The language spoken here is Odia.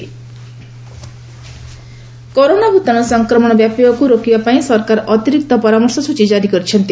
ଆଡ୍ କିଏମ୍ ଆଡଭାଇଜରୀ କରୋନା ଭୂତାଣୁ ସଂକ୍ରମଣ ବ୍ୟାପିବାକୁ ରୋକିବା ପାଇଁ ସରକାର ଅତିରିକ୍ତ ପରାମର୍ଶ ସୂଚୀ କାରି କରିଛନ୍ତି